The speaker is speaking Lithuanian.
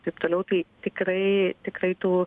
taip toliau tai tikrai tikrai tų